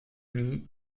nient